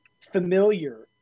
familiar